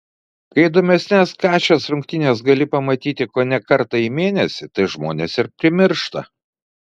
kai įdomesnes kašės rungtynes gali pamatyti kone kartą į mėnesį tai žmonės ir primiršta